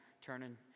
turning